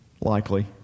Likely